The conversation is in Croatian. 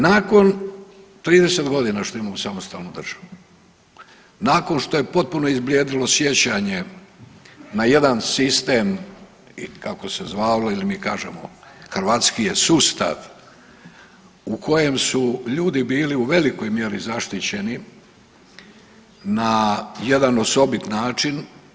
Nakon 30 godina što imamo samostalnu državu, nakon što je potpuno izblijedilo sjećanje na jedan sistem kako se zvalo mi kažemo hrvatskije sustav u kojem su ljudi bili u velikoj mjeri zaštićeni na jedan osobit način.